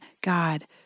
God